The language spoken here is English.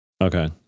okay